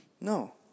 No